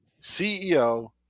CEO